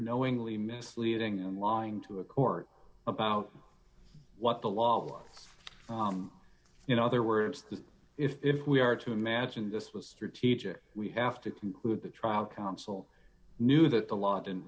knowingly misleading and lying to a court about what the law in other words if we are to imagine this was strategic we have to conclude the trial counsel knew that the law didn't